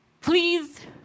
please